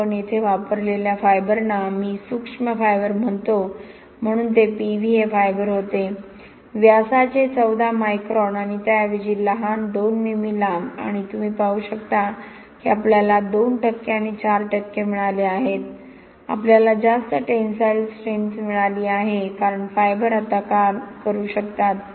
आणि आपण येथे वापरलेल्या तंतूंना मी सूक्ष्म फायबरम्हणतो म्हणून ते PVA फायबर होते व्यासाचे 14 मायक्रॉन आणि त्याऐवजी लहान 2 मिमी लांब आणि तुम्ही पाहू शकता की आपल्याला 2 टक्के आणि 4 टक्के मिळाले आहेत आपल्याला जास्त टेन्साइल स्ट्रेन्थ्स मिळाली आहे कारण फायबर आता करू शकतात